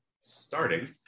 starting